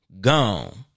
gone